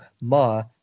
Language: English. Ma